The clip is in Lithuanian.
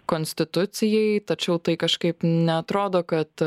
konstitucijai tačiau tai kažkaip neatrodo kad